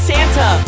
Santa